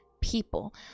people